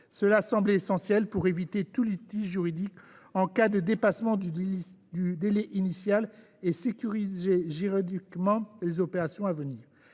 Cela semblait essentiel pour éviter tout litige juridique en cas de dépassement du délai initial et pour sécuriser juridiquement les opérations à venir.